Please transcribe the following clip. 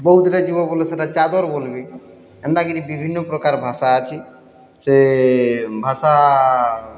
ବୌଦ୍ଧ୍ରେ ଯିବ ବୋଲେ ସେଟା ଚାଦର୍ ବଲ୍ବେ ଏନ୍ତାକିରି ବିଭିନ୍ନପ୍ରକାର୍ ଭାଷା ଅଛେ ସେ ଭାଷା